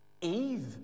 Eve